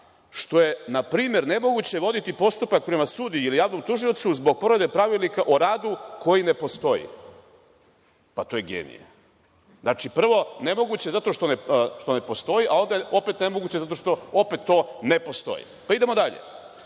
što je na primer nemoguće voditi postupak prema sudiji ili javnom tužiocu zbog povrede pravilnika o radu koji ne postoji. Pa, to je genije. Znači, prvo nemoguće zato što ne postoji, a opet nemoguće zato što opet to ne postoji. Pa, idemo dalje.